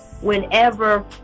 whenever